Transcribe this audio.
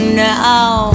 now